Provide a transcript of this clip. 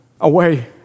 away